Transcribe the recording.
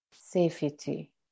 safety